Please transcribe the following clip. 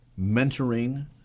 mentoring